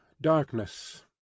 Darkness